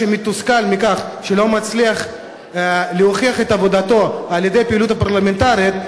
מתוסכל מכך שהוא לא מצליח להוכיח את עבודתו על-ידי הפעילות הפרלמנטרית,